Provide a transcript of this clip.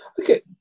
okay